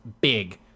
big